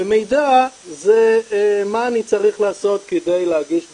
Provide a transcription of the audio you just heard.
ומידע זה מה אני צריך לעשות כדי להגיש בקשה,